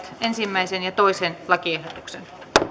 ensimmäisen lakiehdotuksen